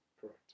Correct